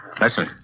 Listen